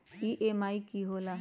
EMI की होला?